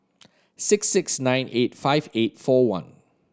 six six nine eight five eight four one